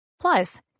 Plus